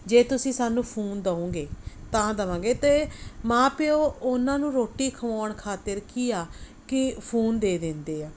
ਜੇ ਤੁਸੀਂ ਸਾਨੂੰ ਫੂਨ ਦਓਂਗੇ ਤਾਂ ਦਵਾਂਗੇ ਅਤੇ ਮਾਂ ਪਿਓ ਉਹਨਾਂ ਨੂੰ ਰੋਟੀ ਖਵਾਉਣ ਖਾਤਿਰ ਕੀ ਆ ਕਿ ਫੂਨ ਦੇ ਦਿੰਦੇ ਆ